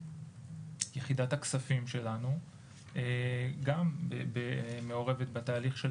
יחידת הכספים שלנו גם מעורבת בתהליך של